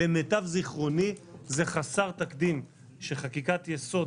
למיטב זיכרוני זה חסר תקדים שחקיקת יסוד